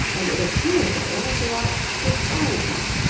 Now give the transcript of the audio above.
and it appears that lancelot defied him.